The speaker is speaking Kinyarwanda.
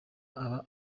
aba